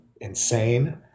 insane